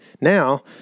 now